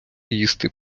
їсти